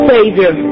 Savior